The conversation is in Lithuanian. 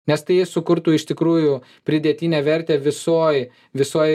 nes tai sukurtų iš tikrųjų pridėtinę vertę visoj visoj